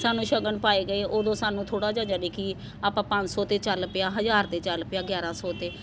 ਸਾਨੂੰ ਸ਼ਗਨ ਪਾਏ ਗਏ ਉਦੋਂ ਸਾਨੂੰ ਥੋੜ੍ਹਾ ਜਿਹਾ ਯਾਨੀ ਕਿ ਆਪਾਂ ਪੰਜ ਸੌ 'ਤੇ ਚੱਲ ਪਿਆ ਹਜ਼ਾਰ 'ਤੇ ਚੱਲ ਪਿਆ ਗਿਆਰਾਂ ਸੌ 'ਤੇ